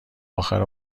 آخر